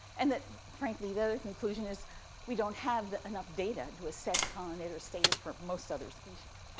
and that, frankly, the other conclusion is we don't have enough data to assess pollinator status for most other species,